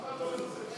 אנחנו עוברים